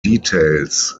details